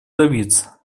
добиться